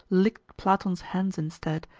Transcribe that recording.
licked platon's hands instead,